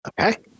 Okay